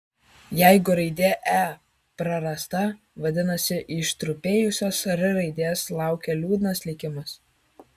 jeigu raidė e prarasta vadinasi ištrupėjusios r raidės laukia liūdnas likimas